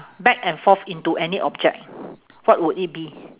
back and forth into any object what would it be